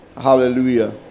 Hallelujah